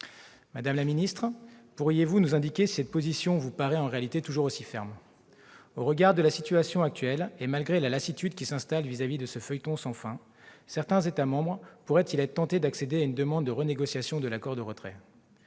Madame la ministre, pourriez-vous nous indiquer si cette position vous paraît en réalité toujours aussi ferme ? Au regard de la situation actuelle et malgré la lassitude qu'inspire ce feuilleton sans fin, certains États membres pourraient-ils être tentés d'accéder à une demande de renégociation de l'accord de retrait ?